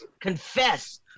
confess